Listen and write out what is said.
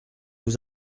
vous